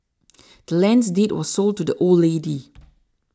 the land's deed was sold to the old lady